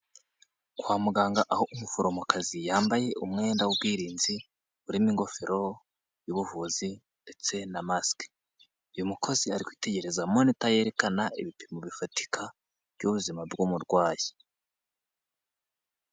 Kwa muganga aho umuforomokazi yambaye umwenda w'ubwirinzi, burimo ingofero y'ubuvuzi ndetse na masike. Uyu mukozi ari kwitegereza monita yerekana ibipimo bifatika by'ubuzima bw'umurwayi.